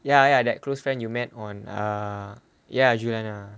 ya ya that close friend you met on err ya juliana